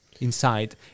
inside